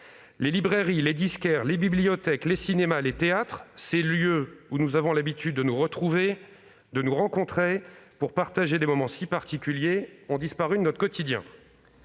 Les librairies, les disquaires, les bibliothèques, les cinémas, les théâtres, ces lieux où nous avons l'habitude de nous retrouver pour partager des moments si particuliers ont disparu de notre quotidien.